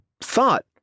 thought